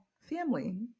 family